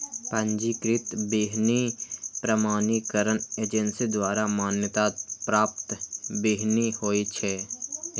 पंजीकृत बीहनि प्रमाणीकरण एजेंसी द्वारा मान्यता प्राप्त बीहनि होइ छै